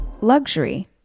Luxury